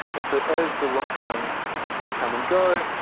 and so as the lockdowns come and go,